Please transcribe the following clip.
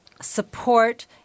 support